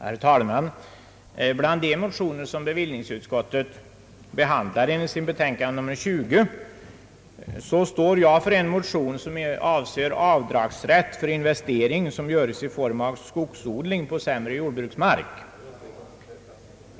Herr talman! Bland de motioner som bevillningsutskottet behandlat i sitt betänkande nr 20 står jag för den som avser avdragsrätt för investering i form av skogsodling på sämre jordbruksmark.